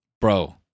Bro